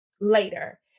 later